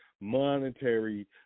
monetary